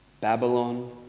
Babylon